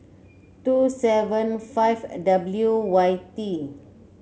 two seven five W Y T